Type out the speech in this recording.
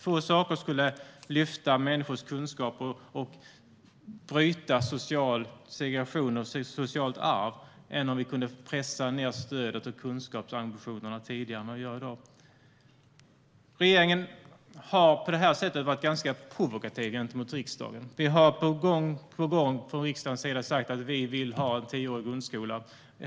Få saker skulle bättre lyfta människors kunskaper och bryta social segregation och socialt arv än om vi kunde pressa ned stödet och kunskapsambitionerna tidigare än vad man gör i dag. Regeringen har på det här sättet varit ganska provokativ gentemot riksdagen. Vi har från riksdagens sida gång på gång sagt att vi vill ha tioårig grundskola.